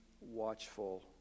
watchful